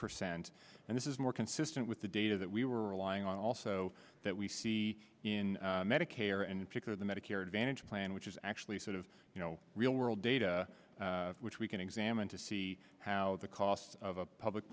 percent and this is more consistent with the data that we were relying on also that we see in medicare and in particular the medicare advantage plan which is actually sort of you know real world data which we can examine to see how the cost of a public